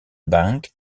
bank